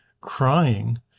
crying